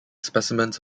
specimens